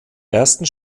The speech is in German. ersten